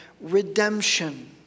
redemption